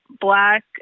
black